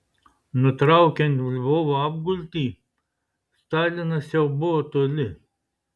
nutraukiant lvovo apgultį stalinas jau buvo toli